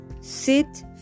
Sit